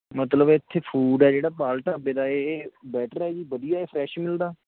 ਮਤਲਬ ਇੱਥੇ ਫੂਡ ਹੈ ਜਿਹੜਾ ਪਾਲ ਢਾਬੇ ਦਾ ਇਹ ਇਹ ਬੈਟਰ ਹੈ ਜੀ ਵਧੀਆ ਹੈ ਫਰੈਸ਼ ਮਿਲਦਾ